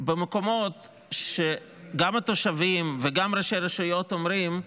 במקומות שגם התושבים וגם ראשי רשויות אומרים: